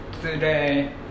today